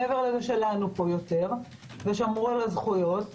מעבר לזה שלנו פה יותר ושמרו על הזכויות,